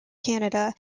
canada